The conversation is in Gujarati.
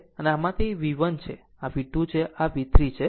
આ આમાં છે તે આ V1 છે આ V2 આ V3 છે